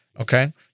okay